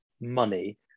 money